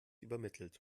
übermittelt